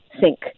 sink